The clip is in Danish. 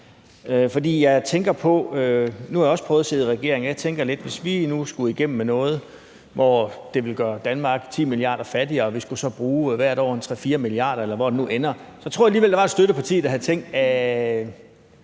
som den jo har. Nu har jeg også prøvet at sidde i regering, og jeg tænker lidt, at hvis vi nu skulle igennem med noget, som ville gøre Danmark 10 mia. kr. fattigere, og hvor vi hvert år skulle bruge 3-4 mia. kr., eller hvor det nu ender, så ville der nok have været et støtteparti, der havde tænkt: Kan